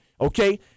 okay